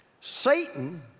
Satan